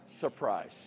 surprise